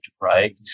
right